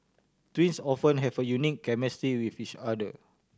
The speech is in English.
twins often have a unique chemistry with each other